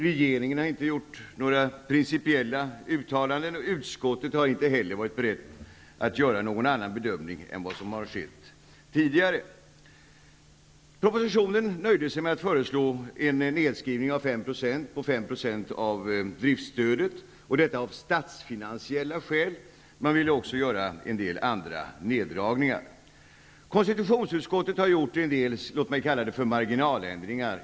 Regeringen har inte gjort några principiella uttalanden, och utskottet har inte heller varit berett att göra någon annan bedömning än vad som har skett tidigare. I propositionen nöjde man sig med att föreslå en nedskrivning på 5 % av driftsstödet, av statsfinansiella skäl. Man ville också göra en del andra neddragningar. Konstitutionsutskottet har gjort en del marginaländringar.